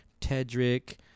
Tedrick